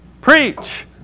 preach